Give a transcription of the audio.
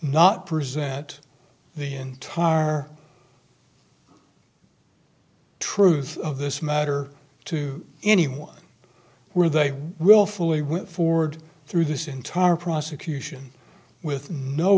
not present the entire our truth of this matter to anyone where they willfully went forward through this entire prosecution with no